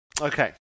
Okay